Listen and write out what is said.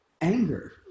anger